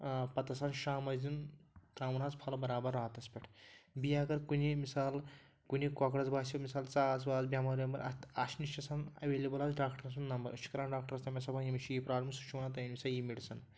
آ پَتہٕ آسان شامَس دیُن ترٛاوُن حظ پھَل بَرابر راتَس پٮ۪ٹھ بیٚیہِ اَگر کُنے مِثال کُنہِ کۄکرَس باسہِ مِثال ژاس واس بٮ۪مار وٮ۪مار اَتھ اَسہِ نِش چھِ آسان اٮ۪ویلیبٕل حظ ڈاکٹَر سُنٛد نَمبر أسۍ چھِ کَران ڈاکٹرٛس تٔمِس چھِ دَپان ییٚمِس چھِ یہِ پرٛابلِم سُہ چھُ وَنان تُہۍ أنِو سا یہِ میٚڈِسَن